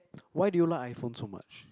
why did you like iPhone so much